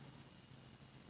Hvala